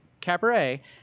Cabaret